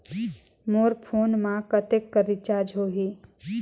मोर phone मा कतेक कर रिचार्ज हो ही?